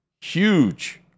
huge